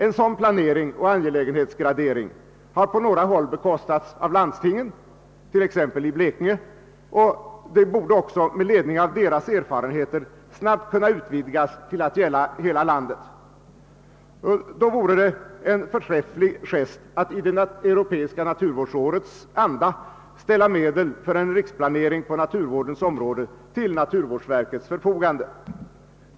En sådan planering och angelägenhetsgradering har på några håll bekostats av landstingen, t.ex. i Blekinge, och den borde med ledning av erfarenheterna där snabbt kunna utvidgas till att gälla hela landet. Då vore det en förträfflig gest att i det europeiska naturvårdsårets anda ställa medel för en riksplanering på naturvårdens område till naturvårdsverkets förfogande.